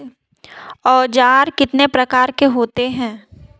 औज़ार कितने प्रकार के होते हैं?